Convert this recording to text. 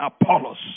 Apollos